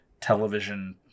television